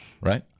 Right